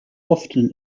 often